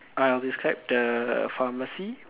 I'll describe the pharmacy